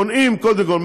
מונעים קודם כול,